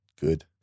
good